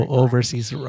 overseas